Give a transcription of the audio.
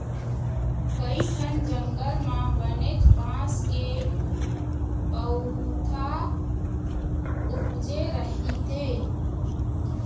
कइठन जंगल म बनेच बांस के पउथा उपजे रहिथे